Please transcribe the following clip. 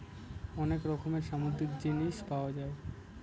অনেক রকমের সামুদ্রিক জিনিস পাওয়া যায়